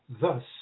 thus